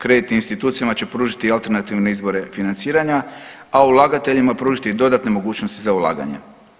Kreditna institucijama će pružiti alternativne izbore financiranja, a ulagateljima pružiti dodatne mogućnosti za ulaganje.